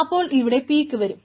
അപ്പോൾ ഇവിടെ പീക്ക് വരും